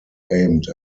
aimed